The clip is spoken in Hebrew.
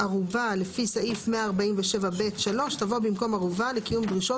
ערובה לפי סעיף 147(ב)(3) תבוא במקום ערובה לקיום דרישות